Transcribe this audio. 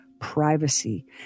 privacy